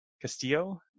Castillo